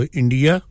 india